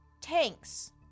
Tanks